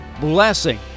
blessing